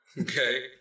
Okay